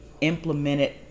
implemented